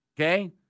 okay